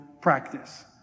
practice